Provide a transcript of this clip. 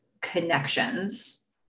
Connections